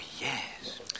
yes